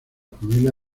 familia